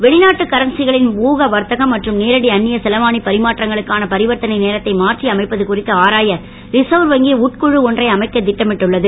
வெளிநாட்டு கரன்சிகளின் ஊக வரத்தகம் மற்றும் நேரடி அன்னியச் செலாவணிப் பரிமாற்றங்களுக்கான பரிவர்த்தனை நேரத்தை மாற்றி அமைப்பது குறித்து ஆராய ரிசர்வ் வங்கி உட்குழு ஒன்றை அமைக்கத் திட்டமிட்டுள்ளது